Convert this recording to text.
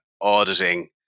auditing